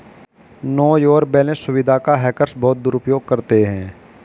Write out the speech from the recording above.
no your balance सुविधा का hackers बहुत दुरुपयोग करते हैं